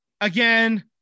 again